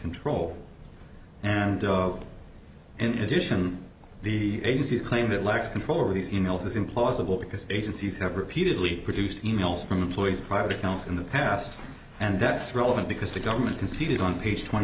control amdo and addition the agency's claim it lacks control of these emails is implausible because agencies have repeatedly produced emails from employees private accounts in the past and that's relevant because the government conceded on page twenty